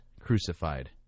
crucified